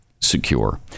secure